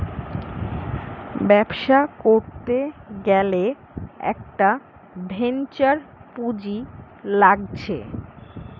ব্যবসা করতে গ্যালে একটা ভেঞ্চার পুঁজি লাগছে